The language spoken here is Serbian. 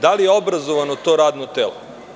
Da li je obrazovano to radno telo?